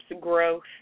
growth